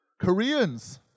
Koreans